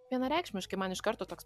vienareikšmiškai man iš karto toks